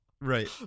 Right